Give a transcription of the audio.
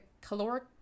caloric